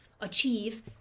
achieve